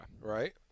right